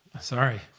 Sorry